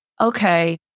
okay